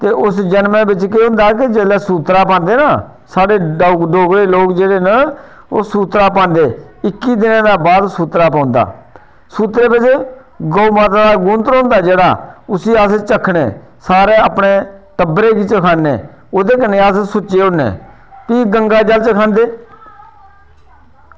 ते इस जन्म बिच केह् होंदा की जिसलै सूत्तरा पांदे ना साढ़े डोगरे लोक जेह्ड़े न ते ओह् सूत्तरा पांदे इक्की दिनै दे बाद सूत्तरा पौंदा सूत्तरै बिच गौ माते दा गूंत्तर होंदा जेह्ड़ा उसी अस चक्खने सारे अपने टब्बरै गी चखाने ओह्दे कन्नै अस सुच्चे होन्ने प्ही गंगाजल चखांदे